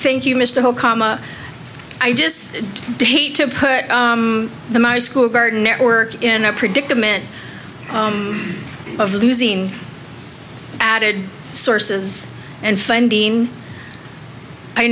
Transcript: think you missed the whole comma i just hate to put the my school garden network in a predicament of losing added sources and funding i